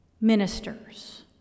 Ministers